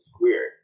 weird